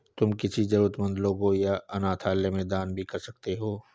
तुम किसी जरूरतमन्द लोगों या अनाथालय में दान भी कर सकते हो